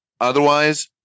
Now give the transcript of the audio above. Otherwise